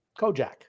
Kojak